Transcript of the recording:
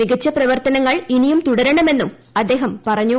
മികച്ച പ്രവർത്തനങ്ങൾ ഇനിയും തുടരണമെന്നും അദ്ദേഹം പറഞ്ഞു